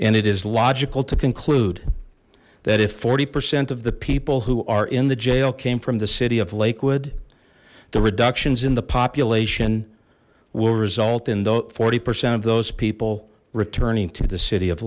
and it is logical to conclude that if forty percent of the people who are in the jail came from the city of lakewood the reductions in the population will result in forty percent of those people returning to the city of